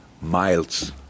miles